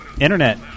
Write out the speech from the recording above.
internet